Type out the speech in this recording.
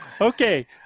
Okay